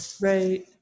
Right